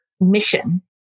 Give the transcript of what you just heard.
mission